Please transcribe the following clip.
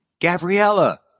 Gabriella